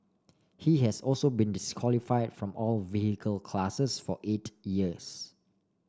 he has also been disqualify from all vehicle classes for eight years